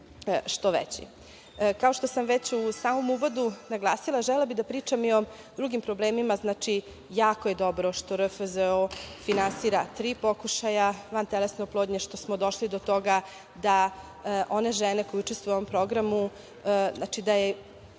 što sam već u samom uvodu naglasila, želela bih da pričam i o drugim problemima. Jako je dobro što RFZO finansira tri pokušaja vantelesne oplodnje, što smo došli do toga da one žene koje učestvuju u ovom programu, znači da je